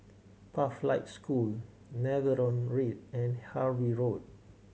Pathlight School Netheravon Read and Harvey Road